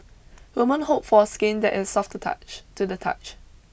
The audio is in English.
women hope for skin that is soft to touch to the touch